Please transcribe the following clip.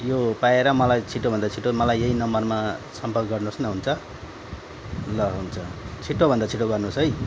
यो पाएर मलाई छिटोभन्दा छिटो मलाई यही नम्बरमा सम्पर्क गर्नुहोस् न हुन्छ ल हुन्छ छिटोभन्दा छिटो गर्नुहोस् है